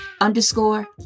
underscore